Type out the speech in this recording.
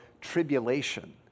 tribulation